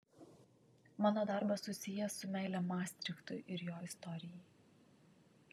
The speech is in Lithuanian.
mano darbas susijęs su meile mastrichtui ir jo istorijai